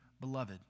beloved